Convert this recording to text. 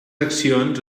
accions